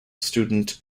student